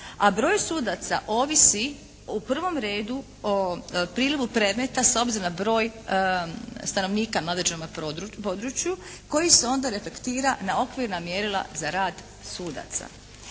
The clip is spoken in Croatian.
a broj sudaca ovisi u prvom redu o prilivu predmeta s obzirom na broj stanovnika na određenom području koji se onda reflektira na okvirna mjerila za rad sudaca.